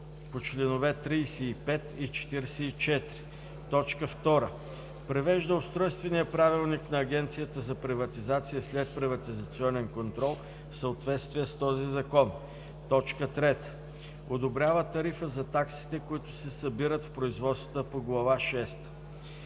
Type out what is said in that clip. по чл. 35 и 44; 2. привежда устройствения правилник на Агенцията за приватизация и следприватизационен контрол в съответствие с този закон; 3. одобрява тарифа за таксите, които се събират в производства по Глава